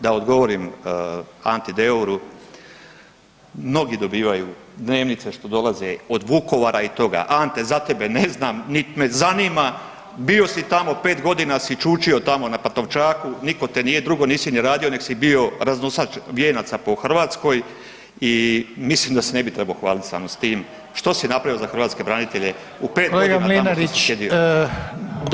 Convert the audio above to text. Da odgovorim Anti Deuru, mnogi dobivaju dnevnice što dolaze od Vukovara i toga, Ante za tebe ne znam niti me zanima, bio si tamo 5 godina si čučio tamo na Pantovčaku nitko te nije, drugo nisi ni radio nego si bio raznosač vijenaca po Hrvatskoj i mislim da se ne bi trebao hvaliti samo s tim što si napravio za hrvatske branitelje u 5 godina tamo što si sjedio.